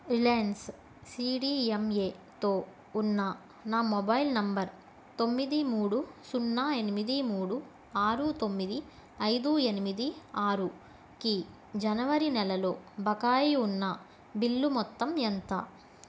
Reliance C D M ఏతో ఉన్న నా మొబైల్ నెంబర్ తొమ్మిది మూడు సున్నా ఎనిమిది మూడు ఆరు తొమ్మిది ఐదు ఎనిమిది ఆరుకి జనవరి నెలలో బకాయి ఉన్న బిల్లు మొత్తం ఎంత